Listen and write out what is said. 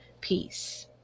peace